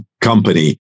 company